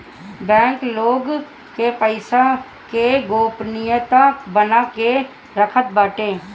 bank लोग के पईसा के गोपनीयता बना के रखत बाटे